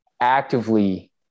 actively